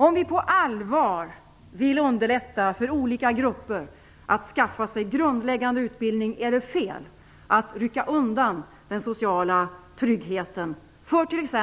Om vi på allvar vill underlätta för olika grupper att skaffa sig grundläggande utbildning är det fel att rycka undan den sociala tryggheten för t.ex.